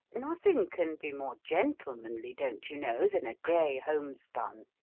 nothing can be more gentlemanly, don't you know, than a grey home-spun,